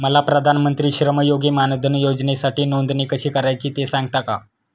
मला प्रधानमंत्री श्रमयोगी मानधन योजनेसाठी नोंदणी कशी करायची ते सांगता का?